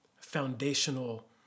foundational